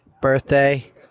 birthday